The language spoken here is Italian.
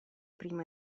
primo